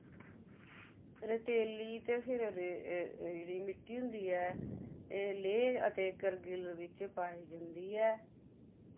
रतेली ते फिर जेह्ड़ी मिट्टी होंदी ऐ एह् लेह् ते करगिल विच पाई जंदी ऐ